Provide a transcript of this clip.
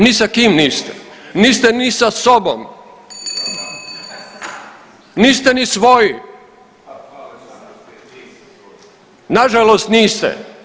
Ni sa kim niste, niste ni sa sobom, niste ni svoji, nažalost niste.